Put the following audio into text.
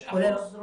יש אחוז?